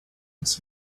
this